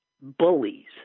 bullies